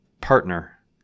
partner